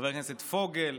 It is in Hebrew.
חבר הכנסת פוגל.